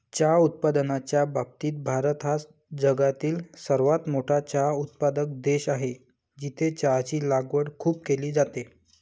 चहा उत्पादनाच्या बाबतीत भारत हा जगातील सर्वात मोठा चहा उत्पादक देश आहे, जिथे चहाची लागवड खूप केली जाते